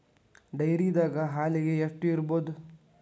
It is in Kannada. ಡೈರಿದಾಗ ಹಾಲಿಗೆ ಎಷ್ಟು ಇರ್ಬೋದ್?